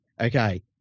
okay